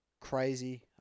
Crazy